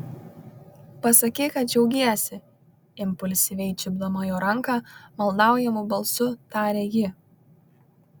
pasakyk kad džiaugiesi impulsyviai čiupdama jo ranką maldaujamu balsu tarė ji